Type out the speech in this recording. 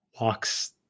walks